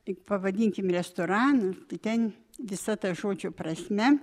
tik pavadinkim restoranu tai ten visa ta žodžio prasme